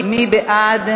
מי בעד?